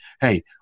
Hey